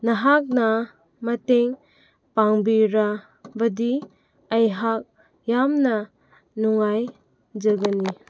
ꯅꯍꯥꯛꯅ ꯃꯇꯦꯡ ꯄꯥꯡꯕꯤꯔꯕꯗꯤ ꯑꯩꯍꯥꯛ ꯌꯥꯝꯅ ꯅꯨꯡꯉꯥꯏꯖꯒꯅꯤ